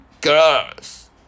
girls